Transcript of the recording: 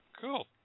Cool